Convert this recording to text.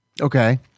Okay